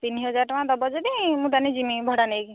ତିନିହଜାର ଟଙ୍କା ଦବ ଯଦି ମୁଁ ତାନେ ଯିବି ଭଡ଼ା ନେଇକି